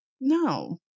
no